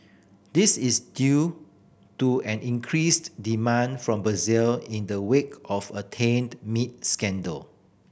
this is due to an increased demand from Brazil in the wake of a tainted meat scandal